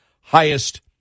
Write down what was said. highest